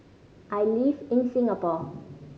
I live in Singapore